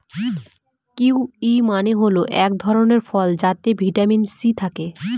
kiwi মানে হল এক ধরনের ফল যাতে ভিটামিন সি থাকে